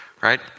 right